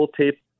tape